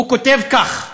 הוא כותב כך: